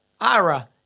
Ira